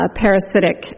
parasitic